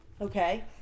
okay